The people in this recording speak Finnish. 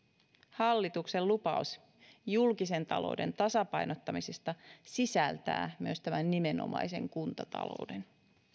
hallituksen lupaus julkisen talouden tasapainottamisesta sisältää myös tämän nimenomaisen kuntatalouden